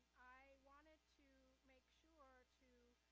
i wanted to make sure to